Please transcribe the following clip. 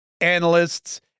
analysts